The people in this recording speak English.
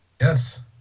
Yes